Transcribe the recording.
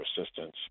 assistance